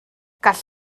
gall